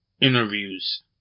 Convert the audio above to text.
interviews